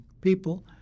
people